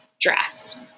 dress